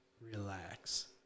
Relax